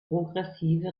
progressive